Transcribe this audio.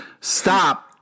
stop